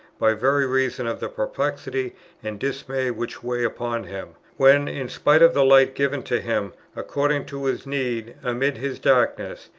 by very reason of the perplexity and dismay which weighed upon him when, in spite of the light given to him according to his need amid his darkness,